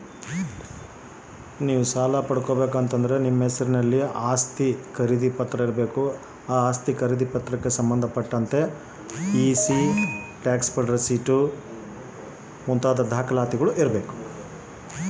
ನಾನು ಸಾಲ ಪಡಕೋಬೇಕಂದರೆ ಏನೇನು ಕಾಗದ ಪತ್ರ ಕೋಡಬೇಕ್ರಿ?